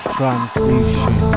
Transition